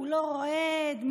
כולו רועד,